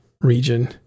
region